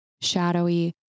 shadowy